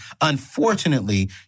unfortunately